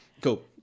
Cool